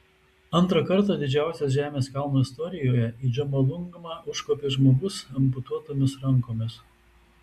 antrą kartą didžiausios žemės kalno istorijoje į džomolungmą užkopė žmogus amputuotomis rankomis